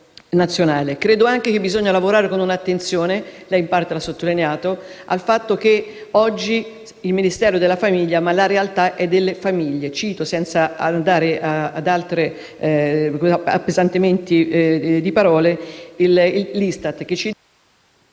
Credo anche che si debba lavorare con attenzione, e lei in parte lo ha sottolineato, sul fatto che oggi il Ministero è della famiglia ma la realtà è delle famiglie. Cito, senza altri appesantimenti di parole, l'ISTAT che ci dice